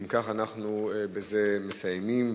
אם כך, בזה אנחנו מסיימים.